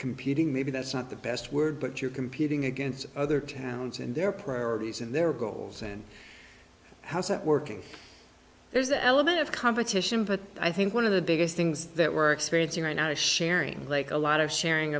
computing maybe that's not the best word but you're competing against other towns and their priorities and their goals and how's that working there's an element of competition but i think one of the biggest things that we're experiencing right now the sharing like a lot of sharing